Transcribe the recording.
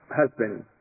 husband